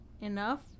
enough